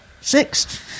six